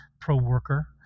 pro-worker